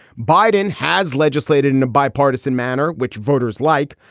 biden has legislated in a bipartisan manner, which voters like,